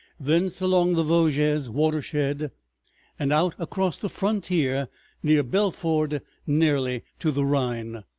thence along the vosges watershed and out across the frontier near belfort nearly to the rhine.